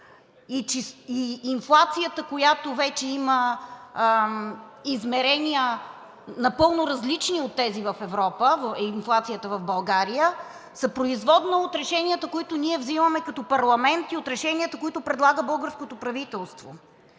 и инфлацията, която вече има измерения, напълно различни от тези в Европа – инфлацията в България, са производна от решенията, които ние взимаме като парламент, и от решенията, които предлага българското правителство,